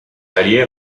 alliés